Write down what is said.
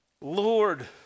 Lord